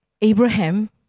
Abraham